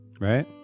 right